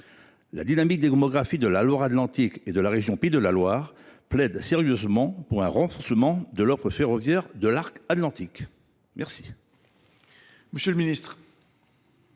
Le dynamisme démographique de la Loire Atlantique et de la région Pays de la Loire plaide sérieusement pour un renforcement de l’offre ferroviaire sur l’arc Atlantique. La